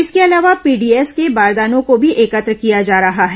इसके अलावा पीडीएस के बारदानों को भी एकत्र किया जा रहा है